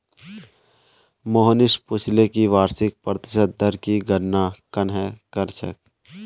मोहनीश पूछले कि वार्षिक प्रतिशत दर की गणना कंहे करछेक